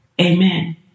Amen